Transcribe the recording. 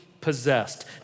possessed